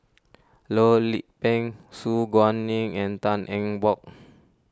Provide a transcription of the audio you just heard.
Loh Lik Peng Su Guaning and Tan Eng Bock